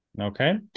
okay